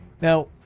Now